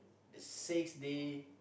is six day